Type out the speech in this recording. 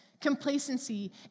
complacency